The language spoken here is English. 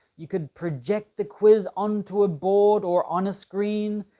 you could project the quiz onto a board or on a screen,